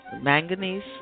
manganese